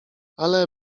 ale